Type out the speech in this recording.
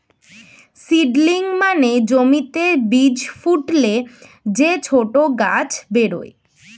seedling মানে জমিতে বীজ ফুটলে যে ছোট গাছ বেরোয়